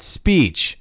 speech